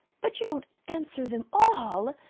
but you don't answer them all,